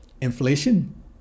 Inflation